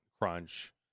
crunch